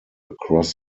across